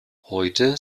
heute